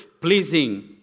pleasing